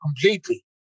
completely